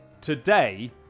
Today